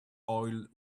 oiled